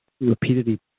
repeatedly